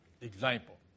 example